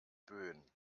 böen